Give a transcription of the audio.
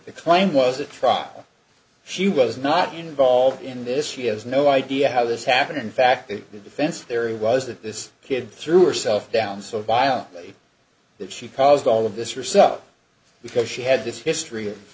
claim was a trial she was not involved in this she has no idea how this happened in fact the defense there was that this kid threw herself down so violently that she paused all of this yourself because she had this history of